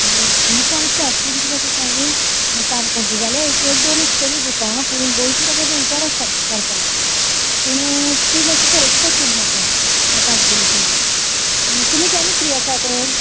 हय बुकां आसा पूण किदें जाता सांग काणकोणची जाल्यार एक दोन आसतलीं बुकां पूण गोंयची जाल्यार दोन चार आसा चार पांच पूण तीं मात्शी पळोवची पडटलीं म्हाका तें काणकोणची तुमी केन्ना फ्री आसा तर